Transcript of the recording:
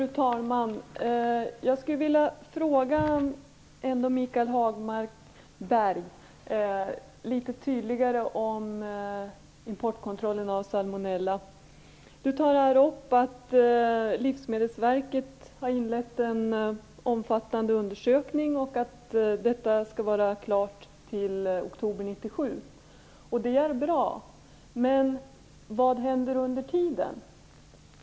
Fru talman! Jag skulle vilja ha ett tydligare svar av Han tar upp att Livsmedelsverket har inlett en omfattande undersökning och att den skall vara klar till oktober 1997. Det är bra. Men vad händer under tiden?